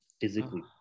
physically